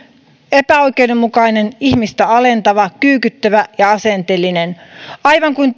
epäoikeudenmukainen ihmistä alentava kyykyttävä ja asenteellinen aivan kuin